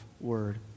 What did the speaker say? Word